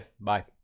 Bye